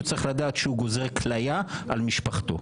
הוא צריך לדעת שהוא גוזר כליה על משפחתו.